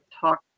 talk